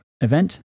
event